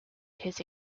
his